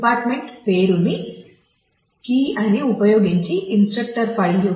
department పేరును key అని ఉపయోగించి ఇంస్ట్రక్టర్ ఫైల్